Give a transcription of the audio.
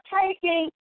taking